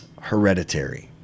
Hereditary